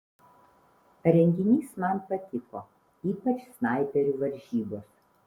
renginys man patiko ypač snaiperių varžybos